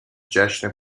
جشن